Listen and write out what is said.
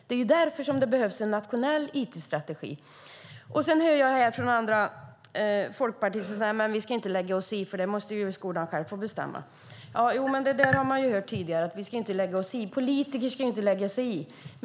Det är därför som det behövs en nationell it-strategi. Nu säger andra, bland andra folkpartister, att vi inte ska lägga oss i denna fråga eftersom skolan själv ska få bestämma. Jo, det har vi hört tidigare. Politiker ska inte lägga sig i.